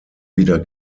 wieder